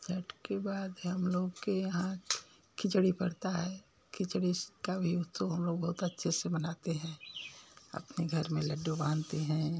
छठ के बाद हम लोग के यहाँ खिचड़ी पड़ता है खिचड़ी का भी उत्सव हम लोग बहुत अच्छे से मनाते हैं अपने घर में लड्डू बांधते हैं